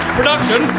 production